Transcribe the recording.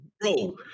Bro